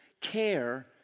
care